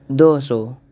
دو سو